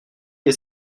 est